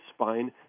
spine